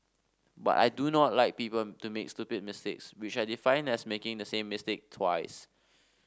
but I do not like people to make stupid mistakes which I define as making the same mistake twice